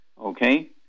Okay